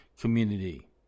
community